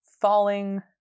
falling